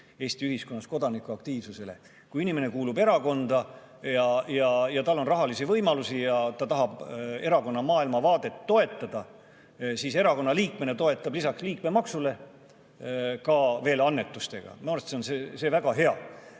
Eesti ühiskonnas kodanikuaktiivsusest. Inimene kuulub erakonda, tal on rahalisi võimalusi, ta tahab erakonna maailmavaadet toetada ja siis erakonna liikmena toetab ta lisaks liikmemaksule ka annetustega. Minu arvates on see väga hea.